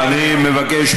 אני מבקש,